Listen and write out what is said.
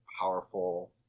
powerful